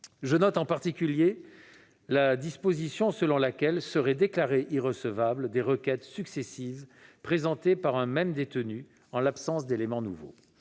Je note en particulier la disposition selon laquelle seraient déclarées irrecevables des requêtes successives présentées par un même détenu en l'absence d'élément nouveau.